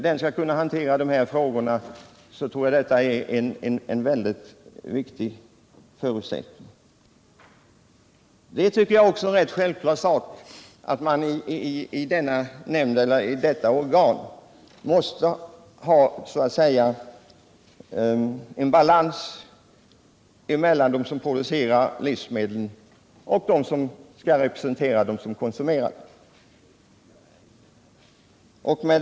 Det är en viktig förutsättning för att den skall kunna fungera. Det är också självklart att det i detta organ måste råda balans mellan företrädarna för dem som producerar och dem som konsumerar livsmedel.